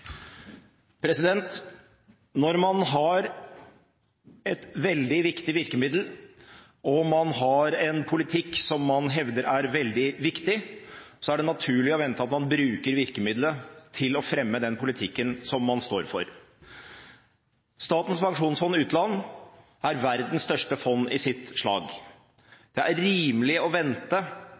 Når man har et veldig viktig virkemiddel, og man har en politikk som man hevder er veldig viktig, er det naturlig å vente at man bruker dette virkemidlet til å fremme den politikken man står for. Statens pensjonsfond utland er verdens største fond i sitt slag. Det er rimelig å vente